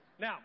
Now